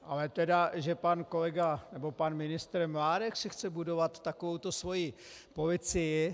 Ale že pan kolega nebo pan ministr Mládek si chce budovat takovouto svoji policii...